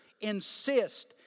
insist